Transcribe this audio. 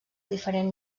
diferent